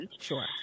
Sure